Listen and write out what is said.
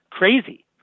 crazy